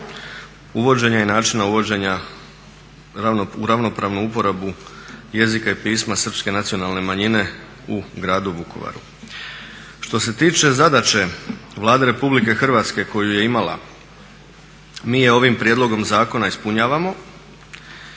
uvođenja i načina uvođenja u ravnopravnu uporabu jezika i pisma Srpske nacionalne manjine u gradu Vukovaru. Što se tiče zadaće Vlade RH koju je imala mi je ovim prijedlogom zakona ispunjavamo